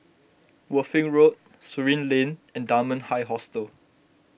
Worthing Road Surin Lane and Dunman High Hostel